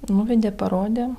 nuvedė parodė